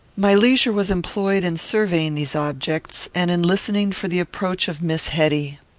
my leisure was employed in surveying these objects, and in listening for the approach of miss hetty.